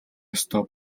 ёстой